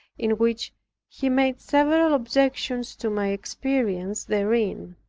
in which he made several objections to my experiences therein.